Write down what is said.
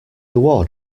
award